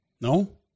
No